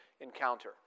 encounter